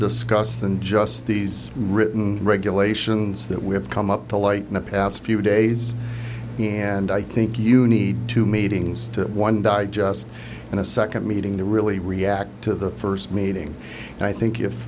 discuss than just these written regulations that we have come up to light in the past few days and i think you need two meetings to one died just in a second meeting to really react to the first meeting and i think if